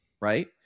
right